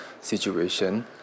situation